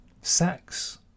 sex